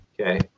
Okay